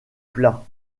plat